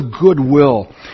goodwill